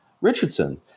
Richardson